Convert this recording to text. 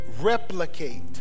replicate